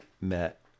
met